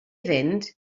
fynd